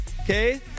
okay